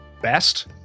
best